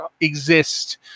exist